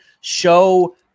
show